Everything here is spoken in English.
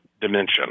dimension